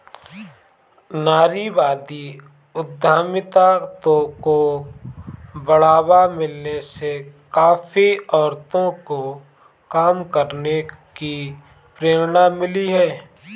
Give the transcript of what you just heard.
नारीवादी उद्यमिता को बढ़ावा मिलने से काफी औरतों को काम करने की प्रेरणा मिली है